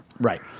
right